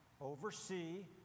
Oversee